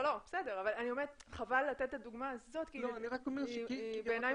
אני אומרת שחבל לתת את הדוגמה הזאת כי בעיניי היא